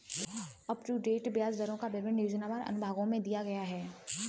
up to date ब्याज दरों का विवरण योजनावार उन अनुभागों में दिया गया है